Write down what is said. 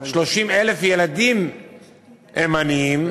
ש-930,000 מתוכם הם ילדים עניים,